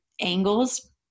angles